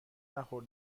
نخور